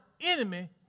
enemy